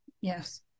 Yes